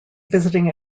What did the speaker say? visiting